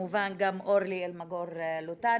אורלי אלמגור דותן,